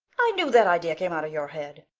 i knew that idea came out of your head.